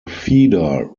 feeder